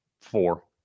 four